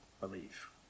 believe